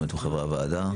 חברי הוועדה.